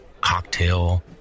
cocktail